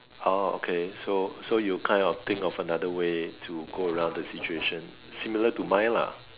oh okay so so you kind of think of another way to go around the situation similar to mine lah